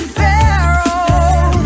Pharaoh